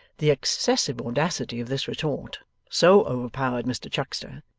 the excessive audacity of this retort so overpowered mr chuckster,